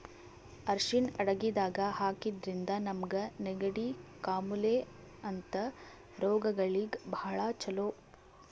ಅರ್ಷಿಣ್ ಅಡಗಿದಾಗ್ ಹಾಕಿದ್ರಿಂದ ನಮ್ಗ್ ನೆಗಡಿ, ಕಾಮಾಲೆ ಅಂಥ ರೋಗಗಳಿಗ್ ಭಾಳ್ ಛಲೋ